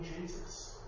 Jesus